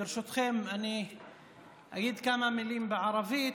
ברשותכם אני אגיד כמה מילים בערבית,